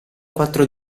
quattro